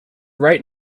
right